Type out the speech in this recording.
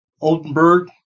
Oldenburg